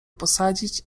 posadzić